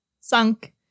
sunk